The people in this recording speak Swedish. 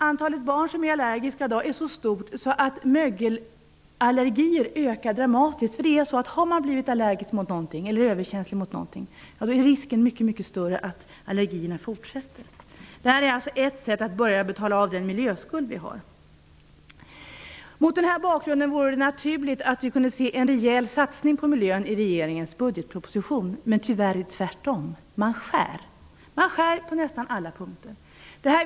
Antalet barn som är allergiska i dag är så stort att mögelallergier ökar dramatiskt. Har man blivit överkänslig mot något är risken mycket stor att allergierna fortsätter. Detta är ett sätt att börja betala av den miljöskuld vi har. Mot den här bakgrunden vore det naturligt att vi kunde se en rejäl satsning på miljön i regeringens budgetproposition, med det är tyvärr tvärtom. Man skär på nästan alla punkter.